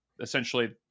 essentially